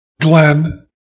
Glenn